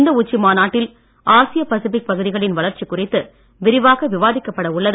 இந்த உச்சி மாநாட்டில் ஆசிய பசிபிக் பகுதிகளின் வளர்ச்சி குறித்து விரிவாக விவாதிக்கப்பட உள்ளது